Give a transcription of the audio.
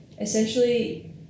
essentially